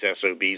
SOBs